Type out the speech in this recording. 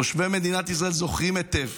תושבי מדינת ישראל זוכרים היטב